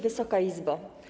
Wysoka Izbo!